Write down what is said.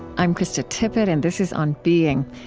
i'm krista tippett, and this is on being.